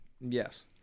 Yes